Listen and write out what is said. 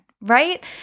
right